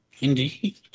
Indeed